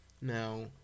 now